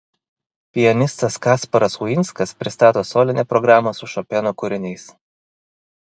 pianistas kasparas uinskas pristato solinę programą su šopeno kūriniais